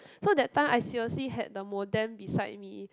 so that time I seriously had the modem beside me